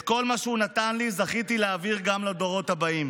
את כל מה שהוא נתן לי זכיתי להעביר גם לדורות הבאים